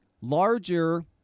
larger